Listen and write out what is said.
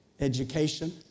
education